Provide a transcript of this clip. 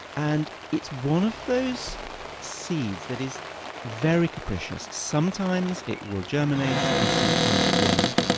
and it's one of those seeds that is very capricious. sometimes it will germinate, and sometimes it won't.